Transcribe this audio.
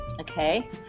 okay